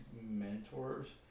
mentors